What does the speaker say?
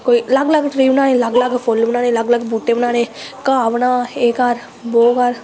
कोई अलग अलग ट्री बनाने अलग अलग फुल्ल बनाने अलग अलग बूह्टे बनाने घा बना एह् कर बो कर